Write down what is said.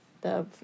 the-